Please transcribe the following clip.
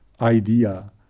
idea